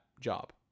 job